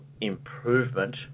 improvement